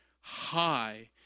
high